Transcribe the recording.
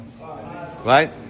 Right